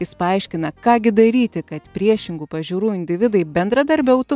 jis paaiškina ką gi daryti kad priešingų pažiūrų individai bendradarbiautų